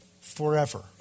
forever